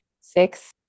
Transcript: six